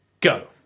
Go